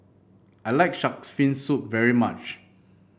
I like shark's fin soup very much